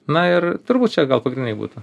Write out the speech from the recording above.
na ir turbūt čia gal pagrindiniai būtų